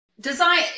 Design